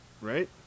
Right